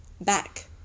back